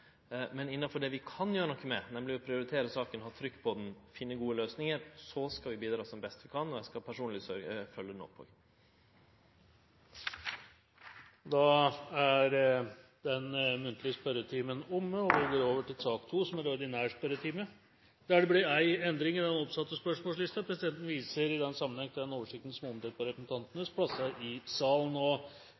Men innanfor det vi kan gjere noko med, nemleg å prioritere saka og ha trykk på den og finne gode løysingar, skal vi bidra som best vi kan, og eg skal personleg følgje den opp. Da er den muntlige spørretimen omme, og vi går over til sak nr. 2, som er ordinær spørretime. Det blir én endring i den oppsatte spørsmålsliste, og presidenten viser i den sammenheng til den oversikten som er omdelt på representantenes plasser i salen.